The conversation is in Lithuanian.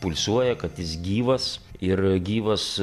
pulsuoja kad jis gyvas ir gyvas